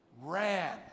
ran